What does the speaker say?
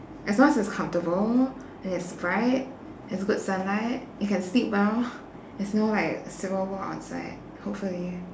as long as it's comfortable and it's bright it has good sunlight I can sleep well there's no like civil war outside hopefully